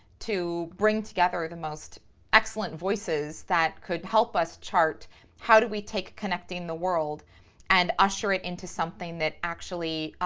bring together the most excellent voices that could help us chart how do we take connecting the world and usher it into something that actually,